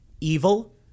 evil